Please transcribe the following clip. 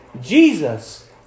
Jesus